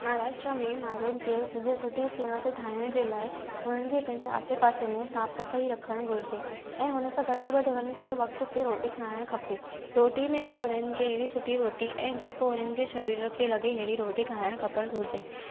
महाराष्ट्र में माण्हुनि खे पंहिंजी सुठी सिहत ठाहिण जे लाइ हुननि खे पंहिंजे आसे पासे में साफ़ु सफ़ाई रखणु घुरिजे ऐं हुन सां गॾो गॾु हुननि खे वक़्त ते रोटी खाइणु खपे रोटी में बि हुननि खे हेड़ी सुठी रोटी ऐं जेको हुननि जे शरीर खे लगे हेड़ी रोटी खाइणु खपणु घुरिजे